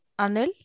Anil